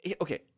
okay